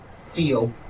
feel